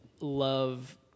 love